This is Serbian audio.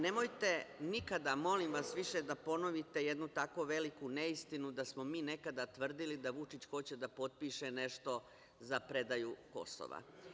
Nemojte nikada, molim vas, više da ponovite jednu tako veliku neistinu da smo mi nekada tvrdili da Vučić hoće da potpiše nešto za predaju Kosova.